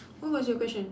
what was your question